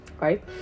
right